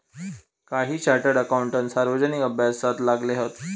काही chartered accountant सार्वजनिक अभ्यासाक लागले हत